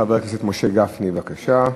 חבר הכנסת משה גפני, בבקשה.